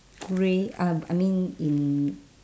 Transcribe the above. grey um I mean in